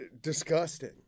disgusting